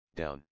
down